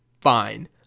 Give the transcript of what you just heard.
fine